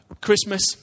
Christmas